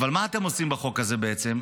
אבל מה אתם עושים בחוק הזה בעצם?